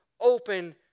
open